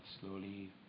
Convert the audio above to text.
slowly